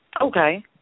Okay